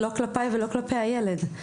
לא כלפיי ולא כלפי הילד.